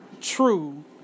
true